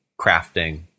crafting